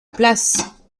place